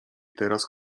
teraz